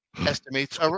estimates